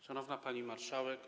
Szanowna Pani Marszałek!